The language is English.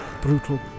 brutal